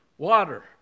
Water